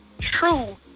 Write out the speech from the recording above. true